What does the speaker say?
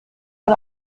man